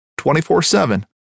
24-7